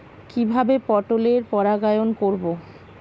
কিভাবে পটলের পরাগায়ন করব?